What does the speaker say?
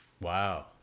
Wow